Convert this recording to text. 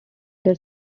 their